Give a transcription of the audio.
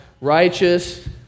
righteous